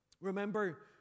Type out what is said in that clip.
Remember